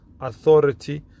Authority